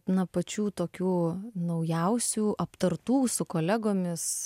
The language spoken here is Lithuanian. na pačių tokių naujausių aptartų su kolegomis